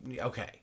Okay